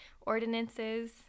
ordinances